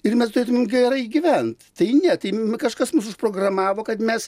ir mes turėtume gerai gyvent tai ne tai m kažkas mus užprogramavo kad mes